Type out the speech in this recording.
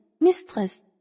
mistress